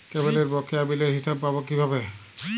কেবলের বকেয়া বিলের হিসাব পাব কিভাবে?